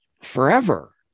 forever